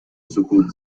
سکوت